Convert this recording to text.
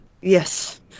Yes